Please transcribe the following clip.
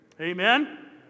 Amen